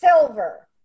silver